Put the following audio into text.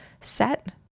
set